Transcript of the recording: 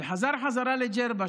וחזר חזרה לג'רבה.